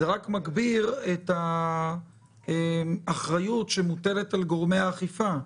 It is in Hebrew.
זה רק מגביר את האחריות שמוטלת על גורמי האכיפה.